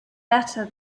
better